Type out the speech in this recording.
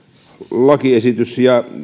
lakiesitys